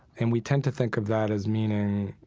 and we tend to think of that as meaning,